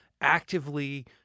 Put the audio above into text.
actively